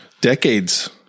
Decades